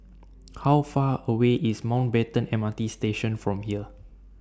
How Far away IS Mountbatten M R T Station from here